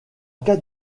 cas